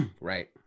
right